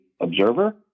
observer